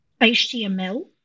HTML